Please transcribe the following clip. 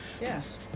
Yes